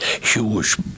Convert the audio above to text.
huge